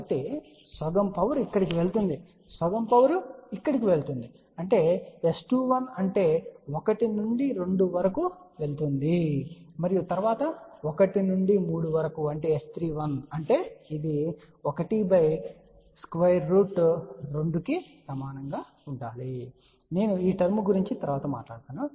కాబట్టి సగం పవర్ ఇక్కడకు వెళుతుంది సగం పవర్ ఇక్కడకు వెళుతుంది అంటే S21 అంటే 1 నుండి 2 వరకు వెళుతుంది మరియు తరువాత 1 నుండి 3 వరకు అంటే S31 అంటే ఇది 12 కి సమానంగా ఉండాలి నేను ఈ టర్మ్ గురించి తరువాత మాట్లాడతాను